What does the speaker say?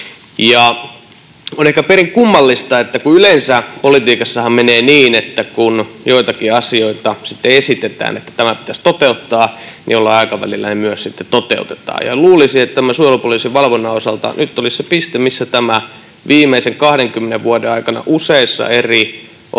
On ehkä perin kummallista, että kun yleensä politiikassahan menee niin, että kun joitakin asioita esitetään, että tämä pitäisi toteuttaa, niin jollain aikavälillä ne myös sitten toteutetaan. Luulisi, että tämän suojelupoliisin valvonnan osalta nyt olisi se piste, missä tämä viimeisen 20 vuoden aikana useissa eri otteissa